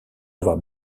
avoir